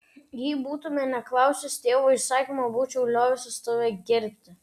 jei būtumei neklausęs tėvo įsakymo būčiau liovęsis tave gerbti